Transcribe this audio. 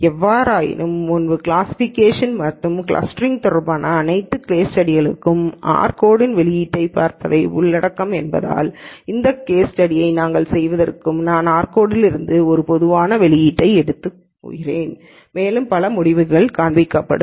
எவ்வாறாயினும் முன்பு கிளாசிஃபிகேஷன் மற்றும் கிளஸ்டரிங் தொடர்பான அனைத்து கேஸ் ஸ்டடிகளும் ஆர் கோட்லிருந்து வெளியீட்டைப் பார்ப்பதை உள்ளடக்கும் என்பதால் இந்த கேஸ் ஸ்டடி நாங்கள் செய்வதற்கு நான் ஆர் கோட்லிருந்து ஒரு பொதுவான வெளியீட்டை எடுக்கப் போகிறேன் மேலும் பல முடிவுகள் காண்பிக்கப்படும்